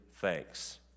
thanks